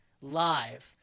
live